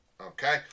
Okay